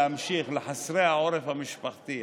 לחסרי העורף המשפחתי,